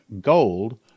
gold